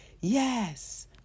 Yes